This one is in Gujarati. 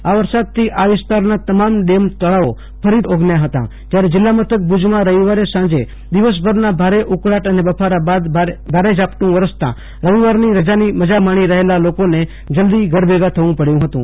આ વરસાદથી આ વિસ્તારના તમામ ડેમો તળાવો ફરીથી ઓગન્ય હતા જયારે જીલ્લા મથક ભુજમાં રવિવારે સાંજે દિવસભરના ભારે ઉકળાટ બફર બાદ ભારે ઝાપટું વરસતા રવિવારની રજાની મજા માણી રહેલા લોકોને જલ્દી ઘરભેગા થવું પડ્યું હતું